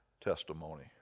testimony